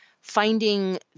finding